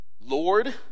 Lord